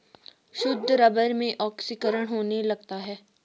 शुद्ध रबर में ऑक्सीकरण होने लगता है